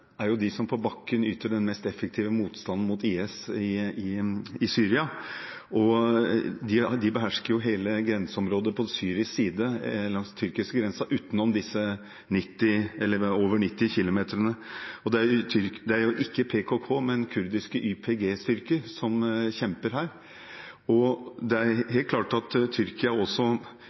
de som på bakken yter den mest effektive motstanden mot IS i Syria. De behersker hele grenseområdet på syrisk side langs den tyrkiske grensen, utenom disse mer enn 90 kilometerne. Det er jo ikke PKK, men kurdiske YPG-styrker som kjemper her, og det er helt klart at Tyrkia også